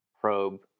probe